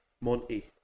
Monty